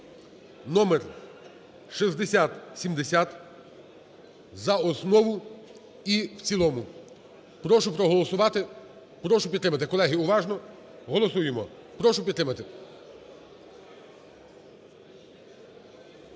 (№ 6070) за основу і в цілому. Прошу проголосувати. Прошу підтримати. Колеги, уважно голосуємо. Прошу підтримати.